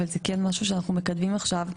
אבל זה כן משהו שאנחנו מקדמים עכשיו,